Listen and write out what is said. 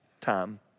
time